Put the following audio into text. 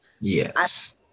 Yes